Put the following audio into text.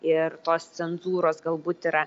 ir tos cenzūros galbūt yra